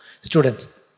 students